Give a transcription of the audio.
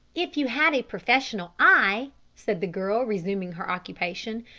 if you had a professional eye, said the girl, resuming her occupation,